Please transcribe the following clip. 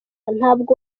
ntabwo